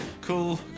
cool